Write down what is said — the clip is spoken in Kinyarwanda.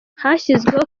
hashyizweho